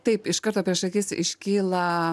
taip iš karto prieš akis iškyla